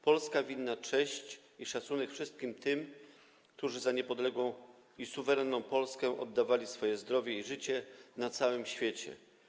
Polska winna jest cześć i szacunek wszystkim tym, którzy za niepodległą i suwerenną Polskę oddawali swoje zdrowie i życie na całym świecie.